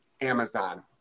amazon